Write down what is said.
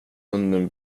hunden